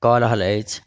कऽ रहल अछि